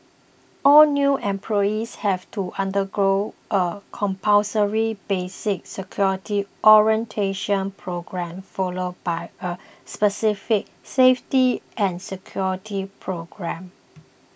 all new employees have to undergo a compulsory basic security orientation programme followed by a specific safety and security programme